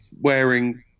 wearing